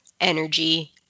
energy